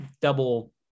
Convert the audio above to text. double